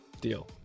Deal